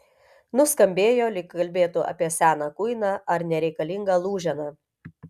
nuskambėjo lyg kalbėtų apie seną kuiną ar nereikalingą lūženą